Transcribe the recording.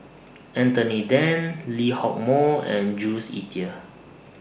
Anthony Then Lee Hock Moh and Jules Itier